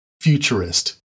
futurist